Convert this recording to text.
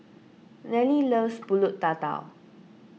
Neely loves Pulut Tatal